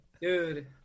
Dude